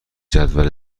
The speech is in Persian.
جدول